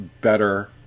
better